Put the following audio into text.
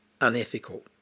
unethical